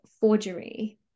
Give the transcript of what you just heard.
forgery